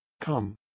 Come